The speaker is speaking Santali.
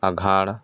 ᱟᱜᱷᱟᱬ